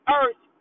earth